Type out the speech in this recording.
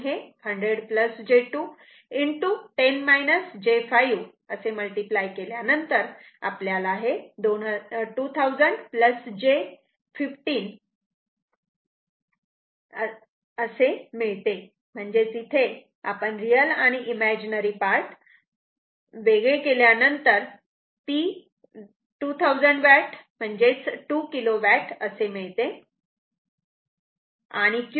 म्हणून हे 100 j 2 multiply केल्यानंतर 2000 j 1500 असे मिळते म्हणजेच इथे आपण रियल आणि इमेजनरी पार्ट वेगळे केल्यानंतर P 2000 वॅट 2 किलो वॅट असे मिळते